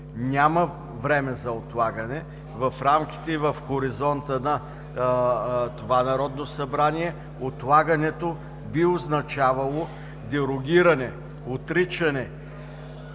няма време за отлагане. В рамките и в хоризонта на това Народно събрание отлагането би означавало дерогиране, отричане,